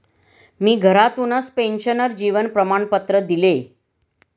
मी घरातूनच पेन्शनर जीवन प्रमाणपत्र दिले